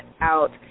out